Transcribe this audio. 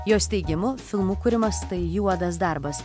jos teigimu filmų kūrimas tai juodas darbas